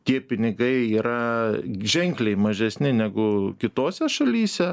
tie pinigai yra ženkliai mažesni negu kitose šalyse